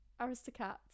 Aristocats